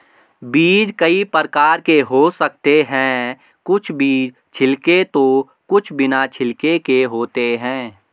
बीज कई प्रकार के हो सकते हैं कुछ बीज छिलके तो कुछ बिना छिलके के होते हैं